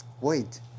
wait